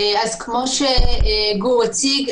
כפי שגור הציג,